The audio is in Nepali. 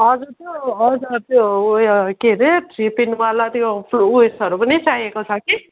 हजुर त्यो हजुर त्यो उयो के अरे थ्री पिनवाला त्यो उइसहरू पनि चाहिएको छ कि